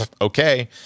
okay